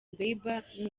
bieber